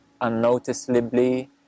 unnoticeably